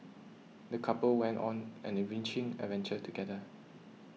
the couple went on an enriching adventure together